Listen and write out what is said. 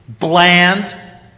Bland